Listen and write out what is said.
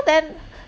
then